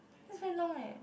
that's very long eh